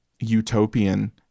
utopian